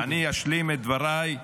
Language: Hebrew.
אני אשלים את דבריי,